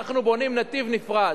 אנחנו בונים נתיב נפרד.